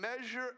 measure